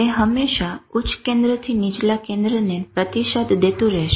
તે હંમેશા ઉચ્ચ કેન્દ્ર થી નીચલા કેન્દ્રને પ્રતિસાદ દેતું રહશે